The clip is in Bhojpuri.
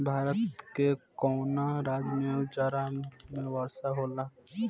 भारत के कवना राज्य में जाड़ा में वर्षा होला?